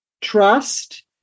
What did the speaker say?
trust